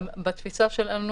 ואז יצטרכו לתת שעות נוספות,